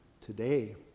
today